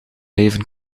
leven